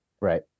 Right